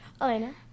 Elena